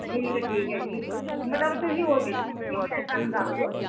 ਠੀਕ ਹੈ ਠੀਕ ਹੈ ਜੀ ਮਤਲਬ ਤੁਸੀਂ ਹੋਰ ਵੀ ਸੂਟ ਸੀਊਂਣੇ ਤਾਂ ਸਾਨੂੰ ਦੱਸ ਦਿਓ